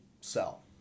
sell